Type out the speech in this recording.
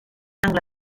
angle